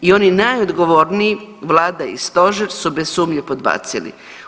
I oni najodgovorniji, vlada i stožer su bez sumnje podbacili.